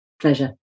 Pleasure